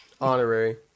Honorary